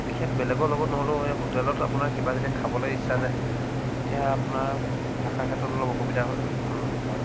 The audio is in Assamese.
বিশেষ বেলেগৰ লগত নহ'লেও এই হোটেলত আপোনাৰ কিবা যেতিয়া খাবলৈ ইচ্ছা যায় তেতিয়া আপোনাৰ ভাষাৰ ক্ষেত্ৰত অলপ অসুবিধা হ'ল সন্মুখীন হয়